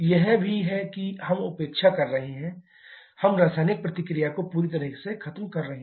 यह भी है कि हम उपेक्षा कर रहे हैं हम रासायनिक प्रतिक्रिया को पूरी तरह से खत्म कर रहे हैं